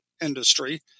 industry